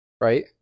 Right